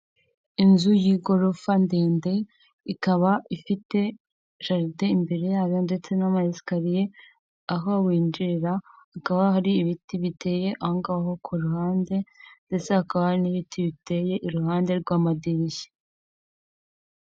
Inzu y'igorofa ndende, ikaba ifite jaride imbere yayo ndetse n'amasikariye aho winjirira, hakaba hari ibiti biteye ahongaho ku ruhande ndetse hakaba hari n'ibiti biteye iruhande rw'amadirishya.